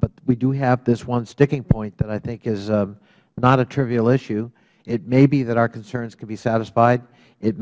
but we do have this one sticking point that i think is not a trivial issue it may be that our concerns could be satisfied it